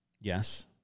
yes